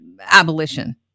abolition